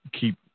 keep